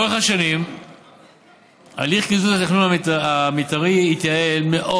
לאורך השנים הליך קידום התכנון המתארי התייעל מאוד,